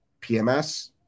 PMS